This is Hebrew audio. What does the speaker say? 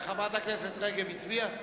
- חברת הכנסת רגב הצביעה?